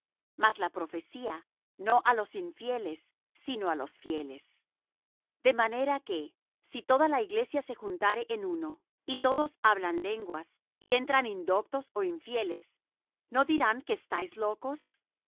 mas la profecía no á los infieles sino á los fieles de manera que si toda la iglesia se juntare en uno y todos hablan lenguas y entran indoctos ó infieles no dirán que estáis locos